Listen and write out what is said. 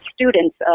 students